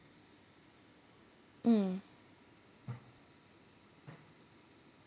mm